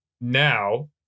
now